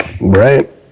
right